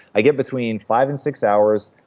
i get between five and six hours.